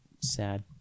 Sad